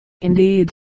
indeed